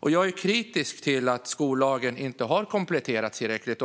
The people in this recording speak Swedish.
Jag är kritisk till att skollagen inte har kompletterats tillräckligt.